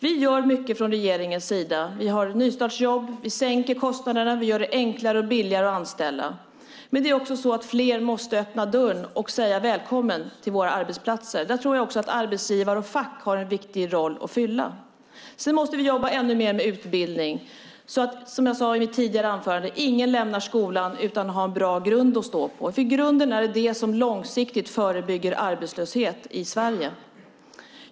Vi gör mycket från regeringens sida. Vi har nystartsjobb. Vi sänker kostnaderna. Vi gör det enklare och billigare att anställa. Men det är också så att fler måste öppna dörren och säga: Välkommen till våra arbetsplatser! Där tror jag att arbetsgivare och fack har en viktig roll att fylla. Sedan måste vi jobba ännu mer med utbildning, så att, som jag sade i mitt tidigare anförande, ingen lämnar skolan utan att ha en bra grund att stå på. För det är i grunden det som långsiktigt förebygger arbetslöshet i Sverige.